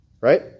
right